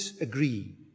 agree